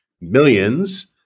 millions